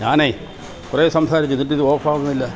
ഞാനേ കുറേ സംസാരിച്ചു എന്നിട്ടിത് ഓഫ് ആവുന്നില്ല